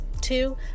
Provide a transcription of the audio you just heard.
two